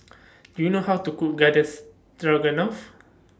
Do YOU know How to Cook Garden Stroganoff